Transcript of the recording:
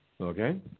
okay